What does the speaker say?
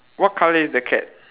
what colour is the cat